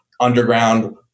underground